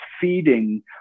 feeding